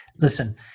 listen